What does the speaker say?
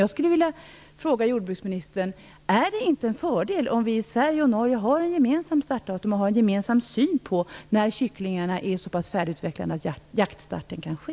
Jag skulle vilja fråga jordbruksministern: Är det inte en fördel om vi i Sverige och Norge har ett gemensamt startdatum och en gemensam syn på när kycklingarna är så pass färdigutvecklade att jaktstarten kan ske?